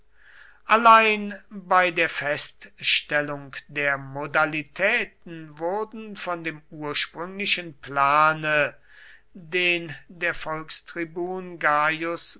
allein bei der feststellung der modalitäten wurden von dem ursprünglichen plane den der volkstribun gaius